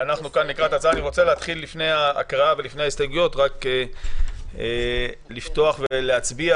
לפני ההקראה ולפני ההסתייגויות אני רוצה להצביע